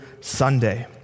Sunday